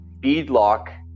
beadlock